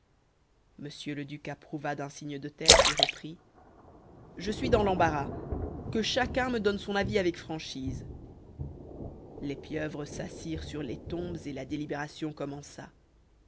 le duc approuva d'un signe de tête et reprit je suis dans l'embarras que chacun me donne son avis avec franchise les pieuvres s'assirent sur les tombes et la délibération commença